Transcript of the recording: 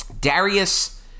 Darius